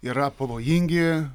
yra pavojingi